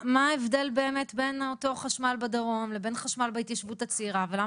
מה ההבדל באמת בין אותו חשמל בדרום לבין חשמל בהתיישבות הצעירה ולמה